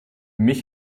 mich